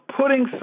putting